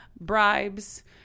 bribes